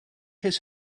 his